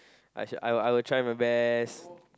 I shall I will try my best